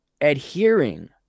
adhering